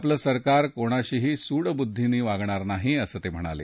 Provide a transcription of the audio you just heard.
आपलं सरकार कोणाशीही सूडबुद्धीनं वागणार नाही असं ते म्हणाले